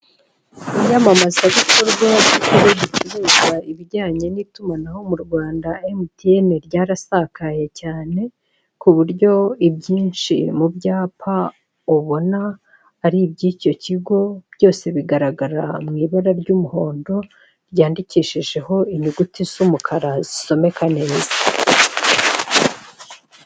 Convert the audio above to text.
Iyamamazabikorwa ry'ikigo gicuruza ibijyanye n'itumanaho mu Rwanda emutiyene, yarasakaye cyane ku buryo ibyinshi mu byapa ubona ari iby'icyo kigo byose bigaragara mu ibara ry'umuhondo ryandikishijeho inyuguti z'umukara zisomeka neza.